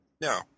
no